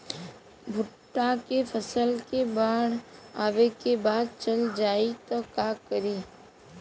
भुट्टा के फसल मे बाढ़ आवा के बाद चल जाई त का करी?